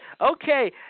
Okay